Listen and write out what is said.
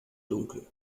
dunkel